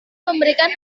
memberikan